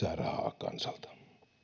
rahaa kansalta